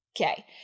Okay